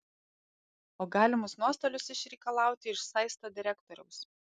o galimus nuostolius išreikalauti iš saisto direktoriaus